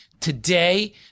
Today